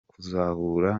kuzahura